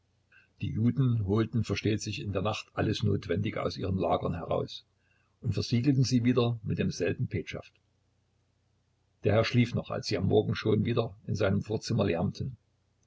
die juden holten versteht sich in der nacht alles notwendige aus ihren lagern heraus und versiegelten sie wieder mit demselben petschaft der herr schlief noch als sie am morgen schon wieder in seinem vorzimmer lärmten